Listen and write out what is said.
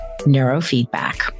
neurofeedback